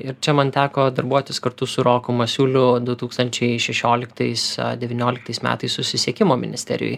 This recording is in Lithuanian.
ir čia man teko darbuotis kartu su roku masiuliu du tūkstančiai šešioliktais devynioliktais metais susisiekimo ministerijoj